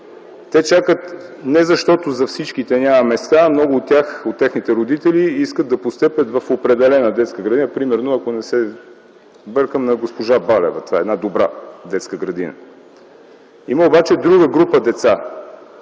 Те чакат не защото за всички няма места, а много от техните родители искат да постъпят в определена детска градина, ако не се бъркам, на госпожа Балева – това е една добра детска градина. Има обаче една друга група деца,